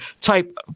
type